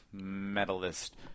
medalist